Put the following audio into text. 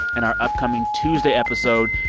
and our upcoming tuesday episode,